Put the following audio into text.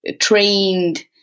trained